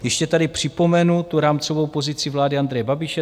Ještě tady připomenu tu rámcovou pozici vlády Andreje Babiše.